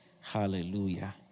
Hallelujah